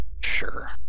sure